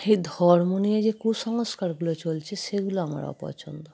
এই ধর্ম নিয়ে যে কুসংস্কারগুলো চলছে সেগুলো আমার অপছন্দ